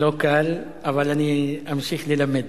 אבל אני אמשיך ללמד.